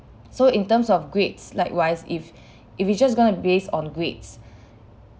so in terms of grades likewise if if you just gonna base on grades